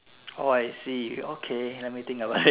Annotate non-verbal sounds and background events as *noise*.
oh I see okay let me think about it *laughs*